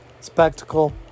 spectacle